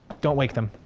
don't wake them.